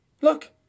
look